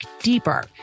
deeper